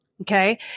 Okay